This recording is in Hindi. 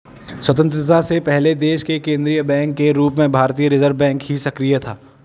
स्वतन्त्रता से पहले देश के केन्द्रीय बैंक के रूप में भारतीय रिज़र्व बैंक ही सक्रिय था